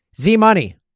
Z-Money